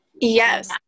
Yes